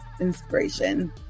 inspiration